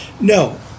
No